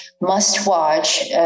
must-watch